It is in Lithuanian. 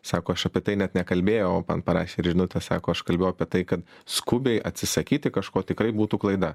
sako aš apie tai net nekalbėjau o man parašė ir žinutę sako aš kalbėjau apie tai kad skubiai atsisakyti kažko tikrai būtų klaida